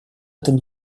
этом